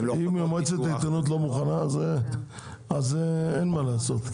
אם מועצת העיתונות לא מוכנה אז אין מה לעשות.